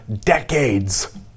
decades